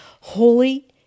holy